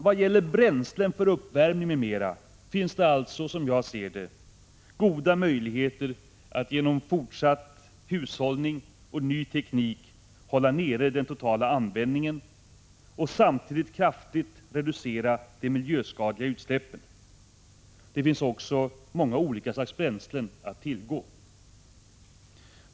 Vad gäller bränslen för uppvärmning m.m. finns det alltså, som jag ser det, goda möjligheter att genom fortsatt hushållning och ny 2» teknik hålla nere den totala användningen och samtidigt kraftigt reducera de miljöskadliga utsläppen. Det finns också många olika slags bränslen att tillgå.